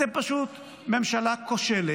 אתם פשוט ממשלה כושלת,